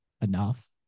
enough